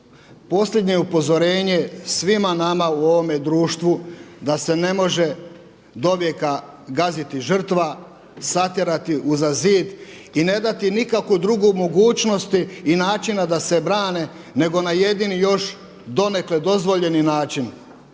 posljednje upozorenje svima nama u ovome društvu da se ne može dovijeka gaziti žrtva satjerati uza zid i ne dati nikakvu drugu mogućnost i načina da se brane nego na jedini još donekle dozvoljeni način.